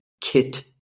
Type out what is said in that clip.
kit